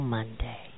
Monday